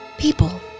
People